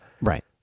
Right